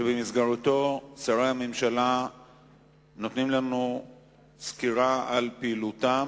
שבמסגרתו שרי הממשלה נותנים לנו סקירה על פעילותם.